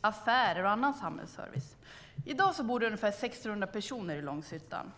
Affärer och annan samhällsservice fanns. I dag bor det ungefär 1 600 personer i Långshyttan.